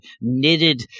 knitted